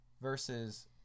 versus